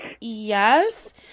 yes